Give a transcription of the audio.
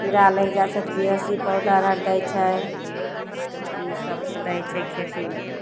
कीड़ा लागि जाइ छै तऽ बी एच सी पाउडर दै छै इसभ तऽ दै छै खेतीमे